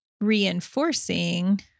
reinforcing